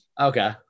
Okay